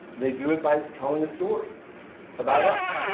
they do it by telling a story about us.